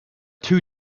two